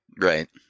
Right